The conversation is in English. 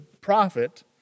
prophet